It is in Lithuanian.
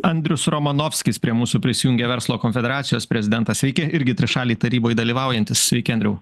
andrius romanovskis prie mūsų prisijungė verslo konfederacijos prezidentas sveiki irgi trišalėj taryboj dalyvaujantis sveiki andriau